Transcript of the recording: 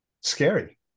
scary